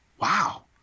wow